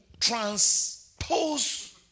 transpose